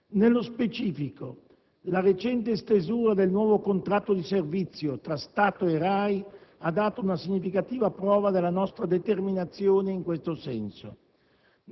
Nello specifico, la recente stesura del nuovo contratto di servizio tra Stato e RAI ha dato una significativa prova della nostra determinazione in questo senso.